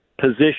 position